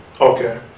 Okay